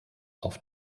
auf